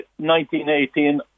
1918